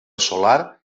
solar